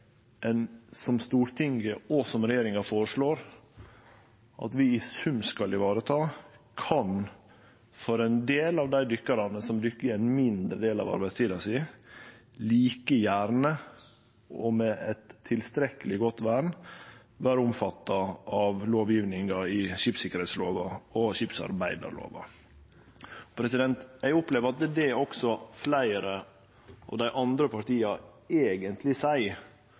som Stortinget og regjeringa føreslår at vi i sum skal vareta, kan for ein del av dei dykkarane som dykkar i ein mindre del av arbeidstida si, like gjerne og med eit tilstrekkeleg godt vern vere omfatta av lovgjevinga i skipssikkerheitslova og skipsarbeidslova. Eg opplever at det er det også fleire av dei andre partia eigentleg seier